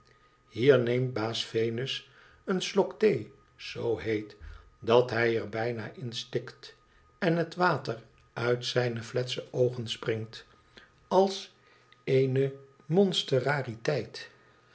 hier neemt baas venus een slok thee zoo heet dat hij er bijna in stikt en het water uit zijne fletse oogen springt als eene